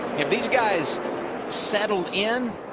if these guys settled in,